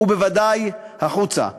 ובוודאי החוצה.